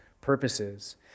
purposes